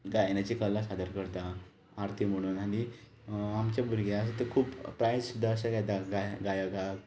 गायनाची कला सादर करता आरती म्हणून आनी आमचे भुरगे आसा ते खूब प्रायस सुद्दां अशे घेता गायकाक